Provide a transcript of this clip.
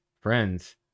friends